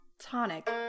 tonic